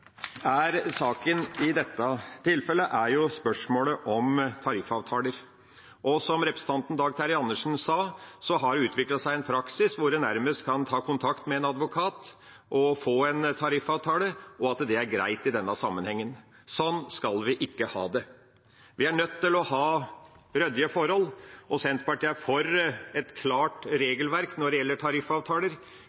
er saken i dette tilfellet, er spørsmålet om tariffavtaler. Som representanten Dag Terje Andersen sa, har det utviklet seg en praksis hvor en nærmest kan ta kontakt med en advokat og få en tariffavtale, og at det er greit i denne sammenhengen. Sånn skal vi ikke ha det. Vi er nødt til å ha ryddige forhold. Senterpartiet er for et klart